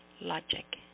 logic